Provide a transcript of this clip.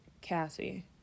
Cassie